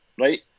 right